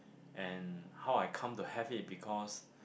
and how I come to have it because